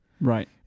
Right